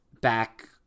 back